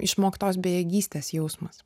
išmoktos bejėgystės jausmas